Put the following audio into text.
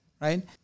right